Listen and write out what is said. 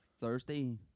Thursday